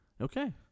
Okay